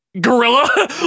gorilla